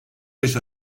yaş